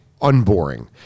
unboring